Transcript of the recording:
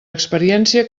experiència